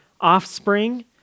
offspring